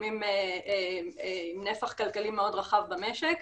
תחומים עם נפח כלכלי מאוד רחב במשק.